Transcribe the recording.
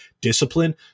discipline